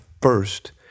First